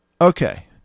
Okay